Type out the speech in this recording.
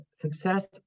Success